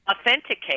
authenticate